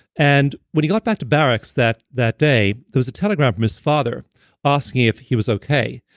and when he got back to barracks that that day, there was a telegram from his father asking if he was okay.